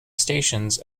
stations